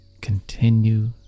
Continue